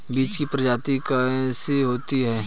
बीज की प्राप्ति कैसे होती है?